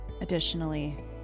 additionally